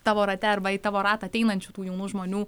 tavo rate arba į tavo ratą ateinančių tų jaunų žmonių